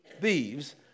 thieves